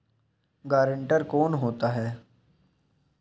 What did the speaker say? Guarantor कौन होता है?